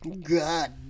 God